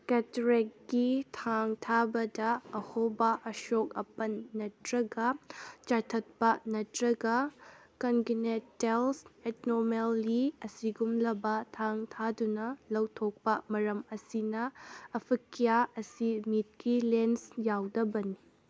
ꯀꯦꯇ꯭ꯔꯦꯛꯀꯤ ꯊꯥꯡ ꯊꯥꯕꯗ ꯑꯍꯣꯕ ꯑꯁꯣꯛ ꯑꯄꯟ ꯅꯠꯇ꯭ꯔꯒ ꯆꯥꯊꯠꯄ ꯅꯠꯇ꯭ꯔꯒ ꯀꯟꯒꯤꯅꯦꯇꯦꯜꯁ ꯑꯦꯛꯅꯣꯃꯦꯜꯂꯤ ꯑꯁꯤꯒꯒꯨꯝꯂꯕ ꯊꯥꯡ ꯊꯥꯗꯨꯅ ꯂꯧꯊꯣꯛꯄ ꯃꯔꯝ ꯑꯁꯤꯅ ꯑꯐꯀꯤꯌꯥ ꯑꯁꯤ ꯃꯤꯠꯀꯤ ꯂꯦꯟꯁ ꯌꯥꯎꯗꯕꯅꯤ